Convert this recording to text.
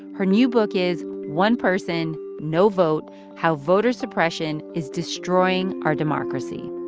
her new book is one person, no vote how voter suppression is destroying our democracy.